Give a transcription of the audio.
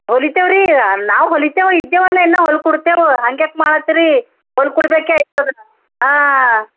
ಹೋಲಿತೇವ್ರಿ ನಾವು ಹೊಲಿತೇವೆ ಇದ್ದೇವಲ್ಲ ಇನ್ನು ಹೊಲ್ಕೊಡ್ತೇವೆ ಹಂಗ್ಯಾಕೆ ಮಾಡತ್ತೀರಿ ಹೊಲ್ಕೊಡ್ಬೇಕೇ ಐತದ ಹಾಂ